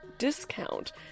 Discount